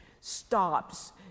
stops